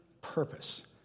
purpose